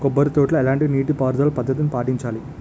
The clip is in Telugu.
కొబ్బరి తోటలో ఎలాంటి నీటి పారుదల పద్ధతిని పాటించాలి?